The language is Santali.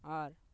ᱟᱨ